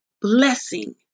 blessing